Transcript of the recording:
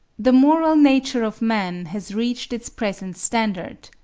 the moral nature of man has reached its present standard,